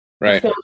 Right